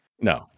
No